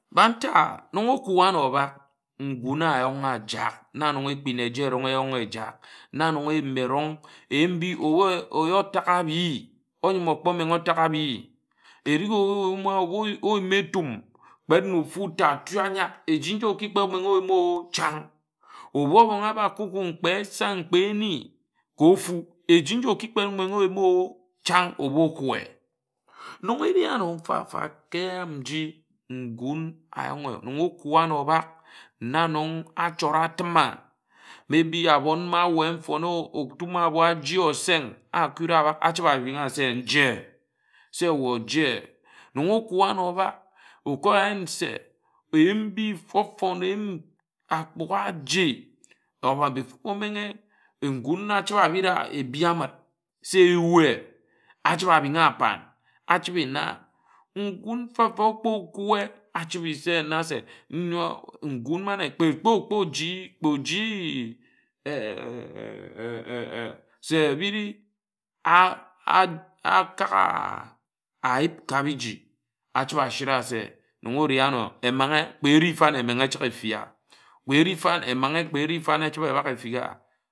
Ba nta nnon ókwa ano obāk ngún ayon̄ a ayāk na nnon ekpin eja erong eyonghe ejak nna nga eyim erong, eyim mbi ye otāk abhi ányim okpo tak abhi ebu oyom etum kpéd na ofu ta atú ānyak eji nji oki kpe omenghe oyim oh chan̄ ebu obong aba kubim kpe esa kpe ea kpe eni ka ofu eji nji aki kpe omenghe oyim oh chan̄ ōbu okwe nnon eri ano mfa-mfa ka eyam nji ngún ayonghe nnon okwa ano obak na nnon achort atim ma maybe abon ma ye atuma ye nfone ayi oseng akura abak achibe arun a se njhe so weh ojhe nnon okwa ano obāk oka yen se eyim mbi ofon eyim ágbugha aje omenghe ngún na achibe abid-a-edi amid se weh achibe abing a pa achibi na ngun mfa-mfa okpó kwe achibe se na se nyo ngún mane kpe ekpo okpo oji kpe oji se bib bi akāgha ayip ka biji achibe ashira se nnon ori ano emanghe kpe eri fan̄ emenghe ejek ofi a kpe eri fan emanghe kpe eri fan̄ echibe ebak efi a.